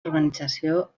organització